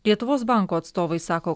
lietuvos banko atstovai sako